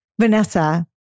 Vanessa